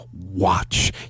watch